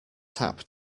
tap